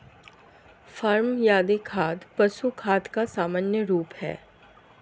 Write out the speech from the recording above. farm yard खाद पशु खाद का सामान्य रूप है